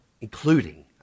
Including